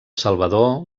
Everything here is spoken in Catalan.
salvador